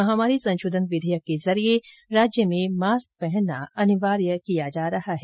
महामारी संशोधन विधेयक के जरिये राज्य में मास्क पहनना अनिवार्य किया जा रहा है